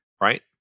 right